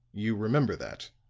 you remember that.